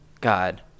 God